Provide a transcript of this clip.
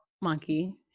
Monkey